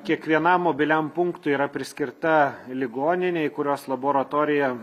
kiekvienam mobiliam punktui yra priskirta ligoninė į kurios laboratoriją